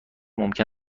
ممکن